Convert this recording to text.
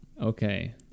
Okay